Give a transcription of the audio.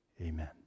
Amen